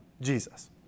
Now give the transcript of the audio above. Jesus